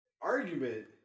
argument